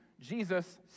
Jesus